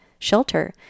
Shelter